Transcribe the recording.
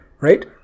Right